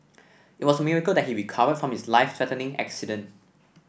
it was a miracle that he recovered from his life threatening accident